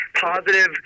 positive